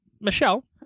Michelle